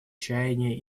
чаяния